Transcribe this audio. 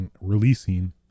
releasing